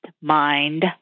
mind